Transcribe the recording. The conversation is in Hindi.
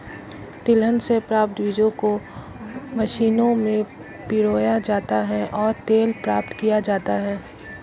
तिलहन से प्राप्त बीजों को मशीनों में पिरोया जाता है और तेल प्राप्त किया जाता है